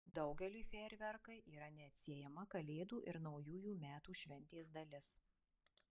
daugeliui fejerverkai yra neatsiejama kalėdų ir naujųjų metų šventės dalis